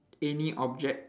any object